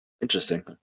Interesting